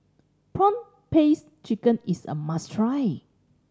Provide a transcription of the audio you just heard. prawn paste chicken is a must try